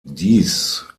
dies